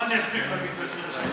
מה אני אספיק להגיד ב-27 דקות?